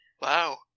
Wow